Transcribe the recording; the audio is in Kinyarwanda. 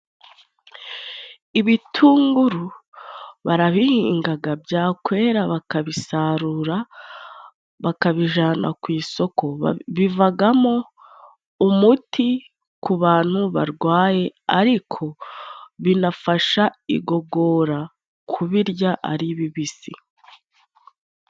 Ibitunguru barabihingaga byakwera bakabisarura bakabijana kwisoko bivagamo umuti ku bantu barwaye ariko binafasha igogora kubirya ari bibisi.